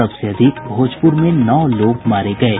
सबसे अधिक भोजपूर में नौ लोग मारे गये